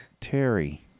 Terry